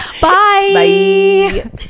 bye